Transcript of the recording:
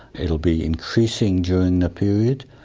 it will be increasing during the period.